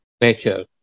nature